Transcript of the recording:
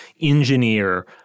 engineer